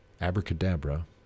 abracadabra